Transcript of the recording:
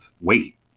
wait